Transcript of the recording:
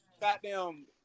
goddamn